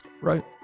Right